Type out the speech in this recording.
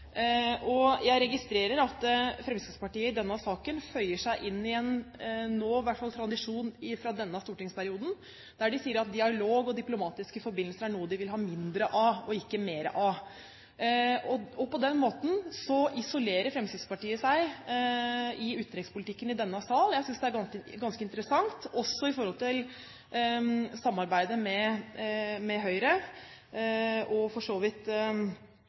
Jeg registrerer at Fremskrittspartiet i denne saken føyer seg inn i en tradisjon – i hvert fall nå i denne stortingsperioden – der de sier at dialog og diplomatiske forbindelser er noe de vil ha mindre av, ikke mer av. På den måten isolerer Fremskrittspartiet seg i utenrikspolitikken i denne salen. Jeg synes det er ganske interessant, også i forhold til samarbeidet med Høyre og for så vidt